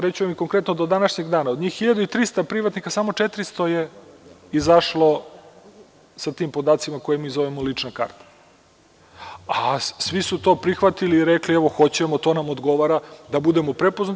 Reći ću vam i konkretno, do današnjeg dana, od njih 1.300 privatnika samo 400 je izašlo sa tim podacima koje mi zovemo lična karta, a svi su to prihvatili i rekli - evo hoćemo, to nam odgovara da budemo prepoznati.